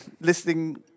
listening